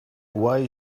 why